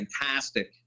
fantastic